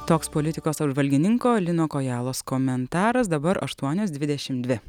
toks politikos apžvalgininko lino kojalos komentaras dabaraštuonios dvidešimt dvi